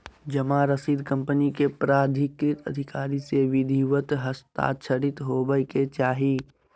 जमा रसीद कंपनी के प्राधिकृत अधिकारी से विधिवत हस्ताक्षरित होबय के चाही